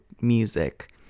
music